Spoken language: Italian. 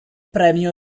premio